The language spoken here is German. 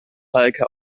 heike